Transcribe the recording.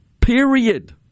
period